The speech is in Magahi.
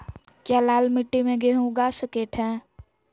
क्या लाल मिट्टी में गेंहु उगा स्केट है?